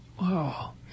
Wow